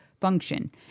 function